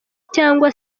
cyangwa